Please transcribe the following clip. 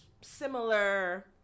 similar